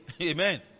Amen